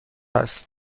است